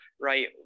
right